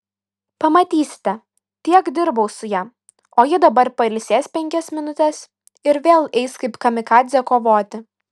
pamatysite tiek dirbau su ja o ji dabar pailsės penkias minutes ir vėl eis kaip kamikadzė kovoti